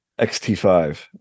xt5